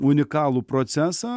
unikalų procesą